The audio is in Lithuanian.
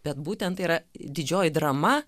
bet būtent tai yra didžioji drama